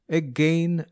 again